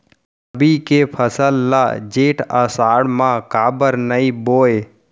रबि के फसल ल जेठ आषाढ़ म काबर नही बोए?